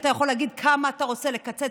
אתה יכול להגיד כמה אתה רוצה לקצץ,